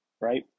right